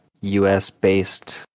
US-based